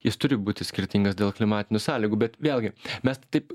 jis turi būti skirtingas dėl klimatinių sąlygų bet vėlgi mes taip